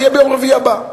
אז זה יהיה ביום רביעי הבא,